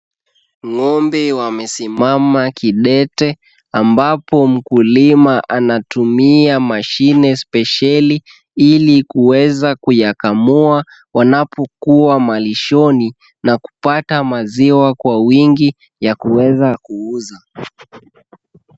Ng'ombe wamesimama kidete, ambapo mkulima anatumia mashine spesheli , ili kuweza kuyakamua wanapokuwa malishoni na kupata maziwa kwa wingi ya kuweza kuuza.